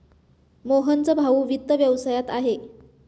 मोहनचा भाऊ वित्त व्यवसायात आहे